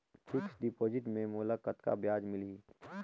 Fixed deposit मे मोला कतका ब्याज मिलही?